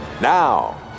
Now